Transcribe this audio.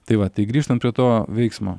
tai va tai grįžtant prie to veiksmo